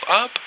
up